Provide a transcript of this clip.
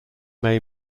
may